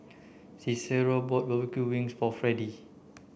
Cicero bought barbecue wings for Freddy